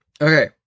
Okay